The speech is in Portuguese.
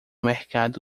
mercado